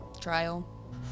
trial